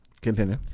Continue